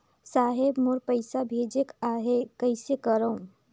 साहेब मोर पइसा भेजेक आहे, कइसे करो?